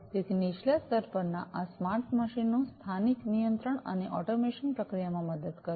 તેથી નીચલા સ્તર પરના આ સ્માર્ટ મશીનો સ્થાનિક નિયંત્રણ અને ઑટોમેશન પ્રક્રિયાઓમાં મદદ કરશે